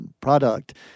product